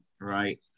right